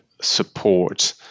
support